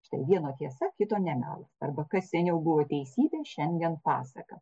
štai vieno tiesa kito nemelas arba kas seniau buvo teisybė šiandien pasaka